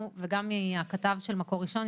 וגם מהכתב של מקור ראשון,